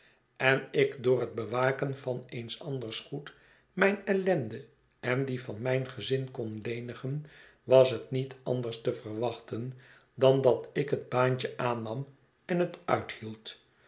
en ik door het bewaken van eens anders goed mijn ellende en die van mijn gezin kon lenigen was het niet anders te verwachten dan dat ik het baantje aannam en hetuithield